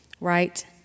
right